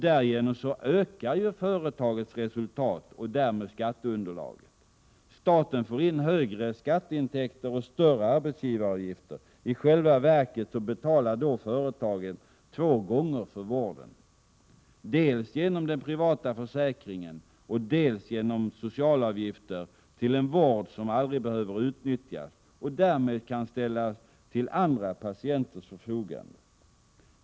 Därigenom ökar företagets resultat och därmed skatteunderlaget. Staten får in högre skatteintäkter och större arbetsgivaravgifter. I själva verket betalar företagen två gånger för vården, dels genom den privata försäkringen, dels genom socialavgifter till en vård som aldrig behöver utnyttjas och därmed kan ställas till andra patienters förfogande.